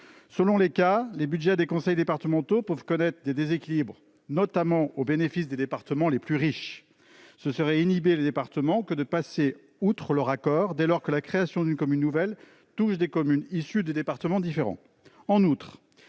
Selon les cas, les budgets des conseils départementaux peuvent connaître des déséquilibres, notamment au bénéfice des départements les plus riches. Ce serait inhiber les départements que de passer outre leur accord dès lors que la création d'une commune nouvelle touche des communes issues de départements différents.